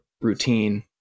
routine